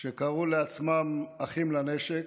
שקראו לעצמם "אחים לנשק"